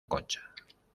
concha